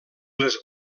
les